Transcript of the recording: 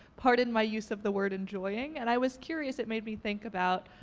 pardon my use of the word enjoying, and i was curious. it made me think about